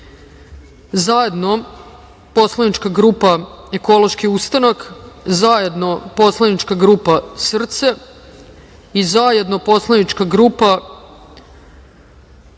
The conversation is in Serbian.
zajedno poslaničke grupe Ekološki ustanak, zajedno poslaničke grupe SRCE, zajedno poslaničke grupe